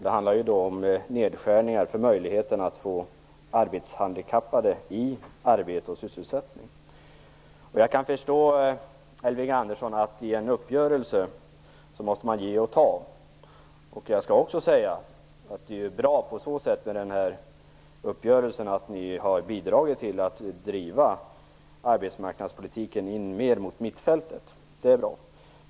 Det handlar om nedskärningar för att skapa möjligheter för arbetshandikappade att få arbete och sysselsättning. Jag kan förstå att man måste ge och ta i en uppgörelse, Elving Andersson. Jag skall också säga att den här uppgörelsen är bra på så sätt att ni har bidragit till att driva arbetsmarknadspolitiken mer mot mittfältet.